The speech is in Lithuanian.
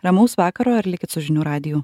ramaus vakaro ir likit su žinių radiju